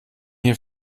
hier